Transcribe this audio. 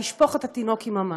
לשפוך את התינוק עם המים.